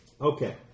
Okay